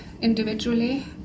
individually